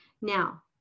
Now